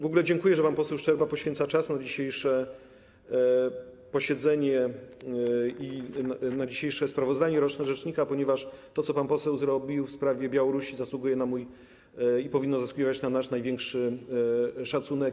W ogóle dziękuję, że pan poseł Szczerba poświęca czas na dzisiejsze posiedzenie i na dzisiejsze sprawozdanie roczne rzecznika, ponieważ to, co pan poseł zrobił w sprawie Białorusi, zasługuje na mój i powinno zasługiwać na nasz największy szacunek.